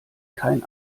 kein